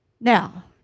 Now